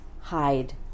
hide